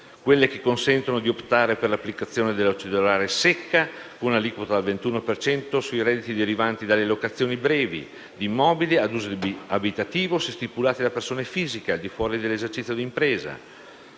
la possibilità di optare per l'applicazione della cedolare secca con aliquota al 21 per cento sui redditi derivanti dalle locazioni brevi di immobili ad uso abitativo, se stipulate da persone fisiche al di fuori dell'esercizio d'impresa;